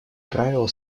правила